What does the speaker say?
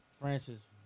Francis